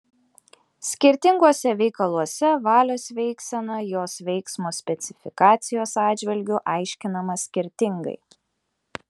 skirtinguose veikaluose valios veiksena jos veiksmo specifikacijos atžvilgiu aiškinama skirtingai